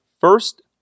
First